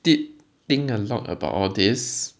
did think a lot about all this